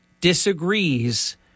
disagrees